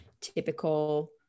typical